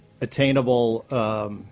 attainable